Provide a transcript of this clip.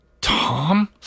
Tom